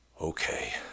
Okay